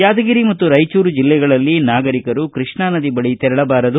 ಯಾದಗಿರಿ ಮತ್ತು ರಾಯಚೂರು ಜಿಲ್ಲೆಗಳಲ್ಲಿ ನಾಗರಿಕರು ಕೃಷ್ಣಾ ನದಿ ಬಳಿ ತೆರಳಬಾರದು